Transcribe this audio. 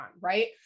right